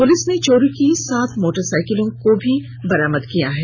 police ने चोरी की सात मोटरसाइकिल भी बरामद की है